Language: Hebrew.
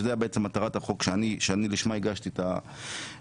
שזו בעצם מטרת החוק לשמה הגשתי את הצעת החוק.